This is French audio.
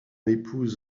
épouse